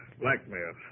Blackmail